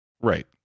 Right